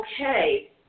okay